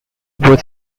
both